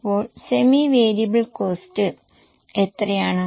അപ്പോൾ semi variable cost എത്രയാണ്